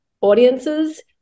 audiences